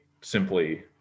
simply